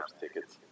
tickets